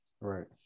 Right